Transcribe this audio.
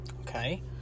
Okay